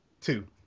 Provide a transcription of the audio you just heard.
Two